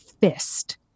fist